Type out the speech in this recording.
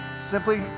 Simply